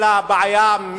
אלא הבעיה,